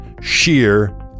Sheer